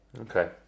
Okay